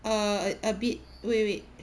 err a a bit wait wait wait